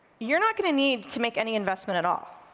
you're not gonna need to make any investment at all.